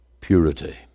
purity